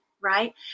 right